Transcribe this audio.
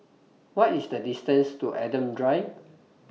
What IS The distance to Adam Drive